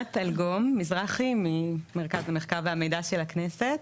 אסנת אלגום מזרחי, ממרכז למחקר והמידע של הכנסת.